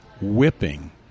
whipping